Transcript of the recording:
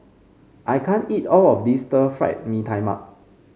I can't eat all of this Stir Fried Mee Tai Mak